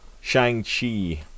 Shang-Chi